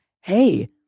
hey